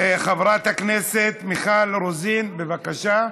חברת הכנסת מיכל רוזין, בבקשה.